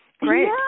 Great